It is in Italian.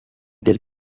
del